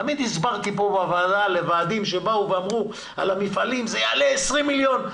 תמיד הסברתי פה בוועדה לוועדים שאמרו על המפעלים: זה יעלה 20 מיליון.